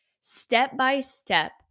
step-by-step